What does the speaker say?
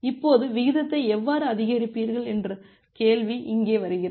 இப்போது விகிதத்தை எவ்வாறு அதிகரிப்பீர்கள் என்ற கேள்வி இங்கே வருகிறது